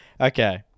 Okay